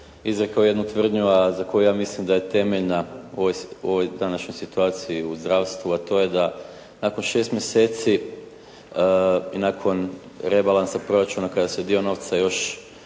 izrekao jednu tvrdnju, a za koju ja mislim da je temeljna u ovoj današnjoj situaciji u zdravstvu, a to je da nakon 6 mjeseci i nakon rebalansa proračuna kada se dio novca još